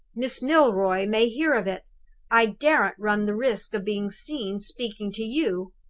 miss milroy may hear of it i daren't run the risk of being seen speaking to you